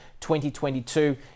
2022